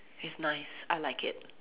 it's nice I like it